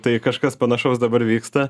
tai kažkas panašaus dabar vyksta